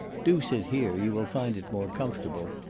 do sit here, you will find it more comfortable,